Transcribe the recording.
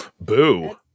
Boo